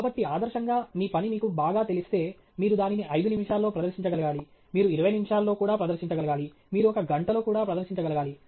కాబట్టి ఆదర్శంగా మీ పని మీకు బాగా తెలిస్తే మీరు దానిని 5 నిమిషాల్లో ప్రదర్శించగలగాలి మీరు 20 నిమిషాల్లో కూడా ప్రదర్శించగలగాలి మీరు ఒక గంటలో కూడా ప్రదర్శించగలగాలి